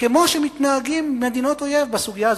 כמו שמתנהגות מדינות אויב בסוגיה הזאת.